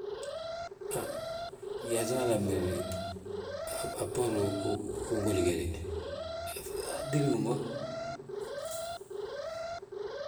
Gyaaŧina alami ge de, a bboorin gigudi ge de, atédin wi ma.